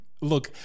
Look